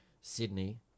Sydney